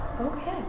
Okay